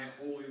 holy